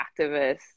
activists